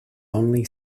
only